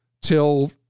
till